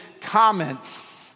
comments